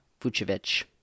Vucevic